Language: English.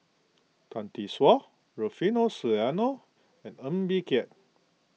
Tan Tee Suan Rufino Soliano and Ng Bee Kia